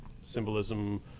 symbolism